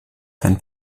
von